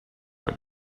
but